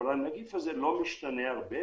אבל הנגיף הזה לא משתנה הרבה,